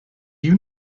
you